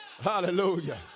Hallelujah